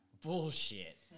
Bullshit